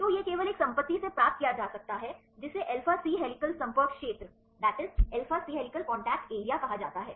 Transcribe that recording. तो यह केवल एक संपत्ति से प्राप्त किया जा सकता है जिसे अल्फा सी हेलिकल संपर्क क्षेत्र कहा जाता है